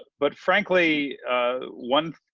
but frankly one